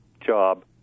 job